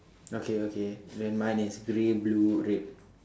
okay okay then mine is grey blue red